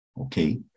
okay